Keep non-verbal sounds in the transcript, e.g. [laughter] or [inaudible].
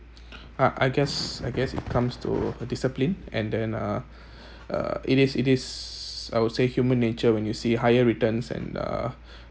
I I guess I guess it comes to uh discipline and then uh [breath] uh it is it is I would say human nature when you see higher returns and uh [breath]